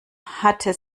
hatte